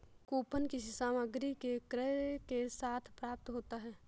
coupon किसी सामग्री के क्रय के साथ प्राप्त होता है